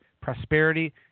prosperity